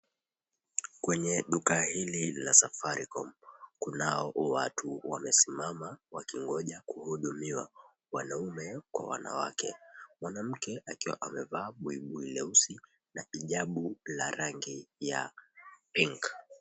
Kwenye duka hili la safaricom kuna watu wamesimama wakingonja kuhudumiwa wanaume kwa wanawake. Mwanamke akiwa amevaa buibui leusi na hijabu la rangi ya pink .